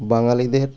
বাঙালিদের